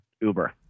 Uber